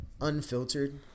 unfiltered